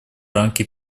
рамки